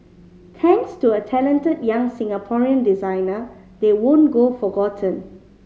thanks to a talented young Singaporean designer they won't go forgotten